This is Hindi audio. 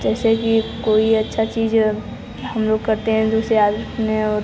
जैसे कि कोई अच्छा चीज़ है हम लोग करते हैं जैसे आज अपने और